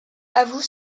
avoue